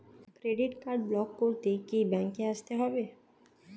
Credit card block করতে কি ব্যাংকে আসতে হবে?